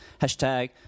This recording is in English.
hashtag